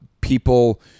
People